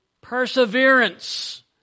perseverance